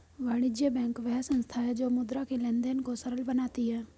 वाणिज्य बैंक वह संस्था है जो मुद्रा के लेंन देंन को सरल बनाती है